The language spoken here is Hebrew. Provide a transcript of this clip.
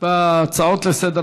אני מבין שאתה מסכים לכל ההתניות.